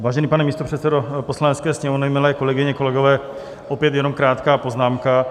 Vážený pane místopředsedo Poslanecké sněmovny, milé kolegyně, kolegové, opět jenom krátká poznámka.